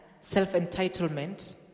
Self-entitlement